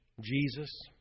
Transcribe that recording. Jesus